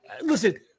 listen